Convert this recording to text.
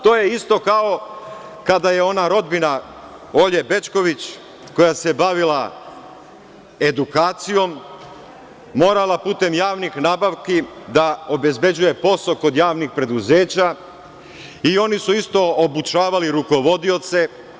To je isto kao kada je ona rodbina Olje Bećković, koja se bavila edukacijom, morala putem javnih nabavki da obezbeđuje posao kod javnih preduzeća i oni su isto obučavali rukovodioce.